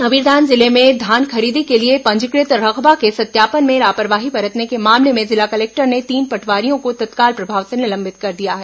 कबीरधाम जिले में धान खरीदी के लिए पंजीकृत रकबा के सत्यापन में लापरवाही बरतने के मामले में जिला कलेक्टर ने तीन पटवारियों को तत्काल प्रभाव से निलंबित कर दिया है